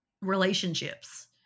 relationships